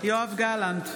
יואב גלנט,